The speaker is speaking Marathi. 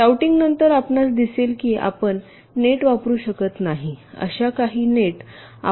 रूटिंगनंतर आपणास दिसेल की आपण नेट वापरू शकत नाही अशा काही नेट आपण पुन्हा प्लेसमेंटवर येऊ शकता